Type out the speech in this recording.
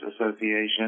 Association